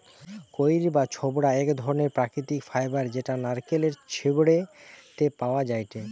কইর বা ছোবড়া এক ধরণের প্রাকৃতিক ফাইবার যেটা নারকেলের ছিবড়ে তে পাওয়া যায়টে